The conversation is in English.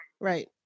right